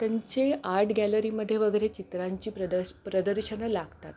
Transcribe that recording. त्यांचे आर्ट गॅलरीमध्ये वगैरे चित्रांची प्रदर्श प्रदर्शनं लागतात